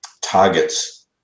targets